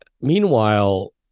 meanwhile